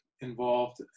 involved